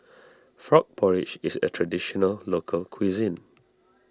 Frog Porridge is a Traditional Local Cuisine